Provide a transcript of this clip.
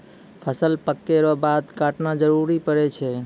फसल पक्कै रो बाद काटना जरुरी पड़ै छै